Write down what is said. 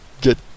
get